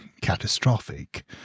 catastrophic